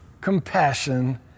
compassion